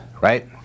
right